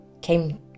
came